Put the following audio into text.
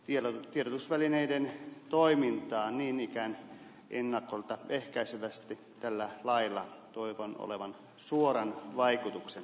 tiedon tiedotusvälineiden toimintaa niin ikään ennakolta ehkäisevästi tällä lailla tuetaan olevan suoran vaikutuksen